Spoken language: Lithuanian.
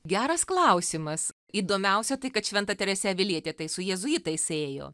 geras klausimas įdomiausia tai kad šventa teresė avilietė tai su jėzuitais ėjo